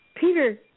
Peter